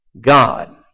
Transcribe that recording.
God